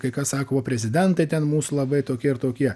kai kas sako va prezidentai ten mūsų labai tokie ir tokie